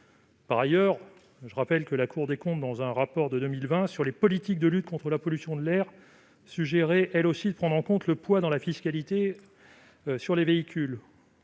Par ailleurs, la Cour des comptes, dans un rapport de 2020 sur les politiques de lutte contre la pollution de l'air, suggérait, elle aussi, de prendre en compte le poids dans la fiscalité des véhicules.